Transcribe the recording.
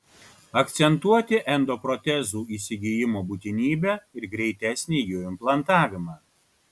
akcentuoti endoprotezų įsigijimo būtinybę ir greitesnį jų implantavimą